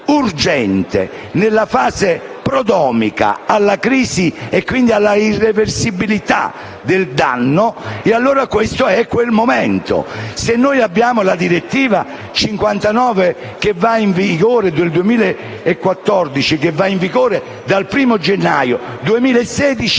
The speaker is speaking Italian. nella fase prodromica alla crisi e quindi alla irreversibilità del danno, allora questo è quel momento. Se abbiamo la direttiva n. 59 del 2014 che entra in vigore dal 1° gennaio 2016,